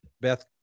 Beth